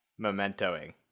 Mementoing